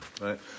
right